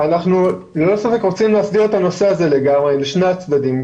אנחנו רוצים להסדיר את הנושא הזה לשני הצדדים,